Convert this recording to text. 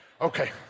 Okay